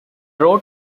road